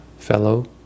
fellow